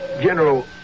General